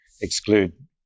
exclude